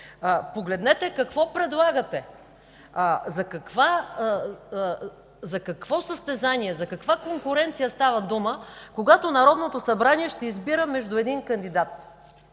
Погледнете какво предлагате! За какво състезание, за каква конкуренция става дума, когато Народното събрание ще избира между един кандидат?!